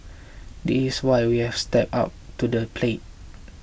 this is why we have stepped up to the plate